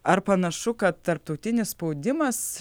ar panašu kad tarptautinis spaudimas